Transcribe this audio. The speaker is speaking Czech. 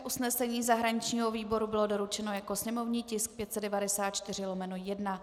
Usnesení zahraničního výboru bylo doručeno jako sněmovní tisk 594/1.